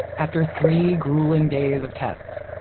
after three grueling days of tests,